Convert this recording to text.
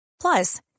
Plus